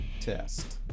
test